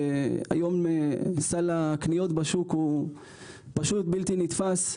היום סל הקניות בשוק הוא בלתי נתפס.